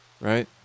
right